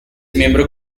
miembro